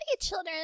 children